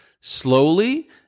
slowly